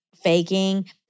faking